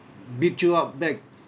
beat you up back